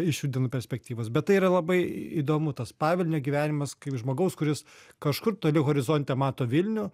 iš šių dienų perspektyvos bet tai yra labai įdomu tas pavilnio gyvenimas kaip žmogaus kuris kažkur toli horizonte mato vilnių